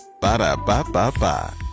Ba-da-ba-ba-ba